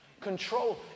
Control